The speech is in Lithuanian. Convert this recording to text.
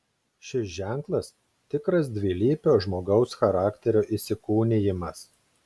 šis ženklas tikras dvilypio žmogaus charakterio įsikūnijimas